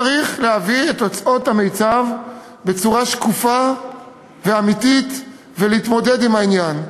צריך להביא את תוצאות המיצ"ב בצורה שקופה ואמיתית ולהתמודד עם העניין,